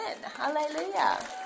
Hallelujah